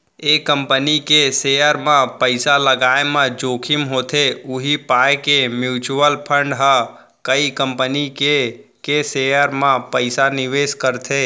एक कंपनी के सेयर म पइसा लगाय म जोखिम होथे उही पाय के म्युचुअल फंड ह कई कंपनी के के सेयर म पइसा निवेस करथे